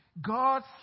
God